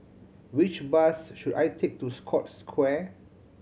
which bus should I take to Scotts Square